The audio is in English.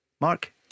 Mark